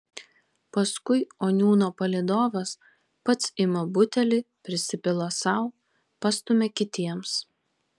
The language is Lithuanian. paskui oniūno palydovas pats ima butelį prisipila sau pastumia kitiems